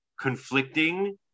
conflicting